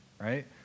right